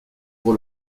pour